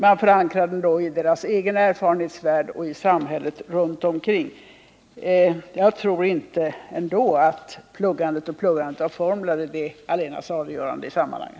Man förankrar då ämnena i elevernas egen erfarenhetsvärld och i samhället runt omkring. Jag tror ändå inte att pluggande och åter pluggande av formler är det allena saliggörande.